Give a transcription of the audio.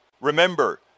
Remember